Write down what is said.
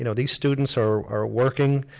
you know these students are are working,